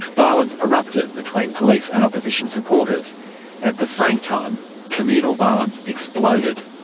violence erupted between police and opposition supporters, and at the same time communal violence exploded.